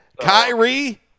Kyrie